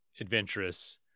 Adventurous